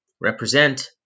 represent